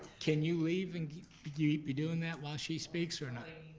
can you leave and be doing that while she speaks or not.